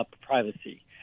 privacy